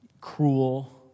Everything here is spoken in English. cruel